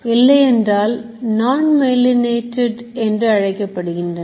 இல்லையென்றால் nonMyelinated என்று அழைக்கப்படுகின்றன